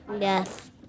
Yes